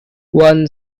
one